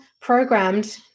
programmed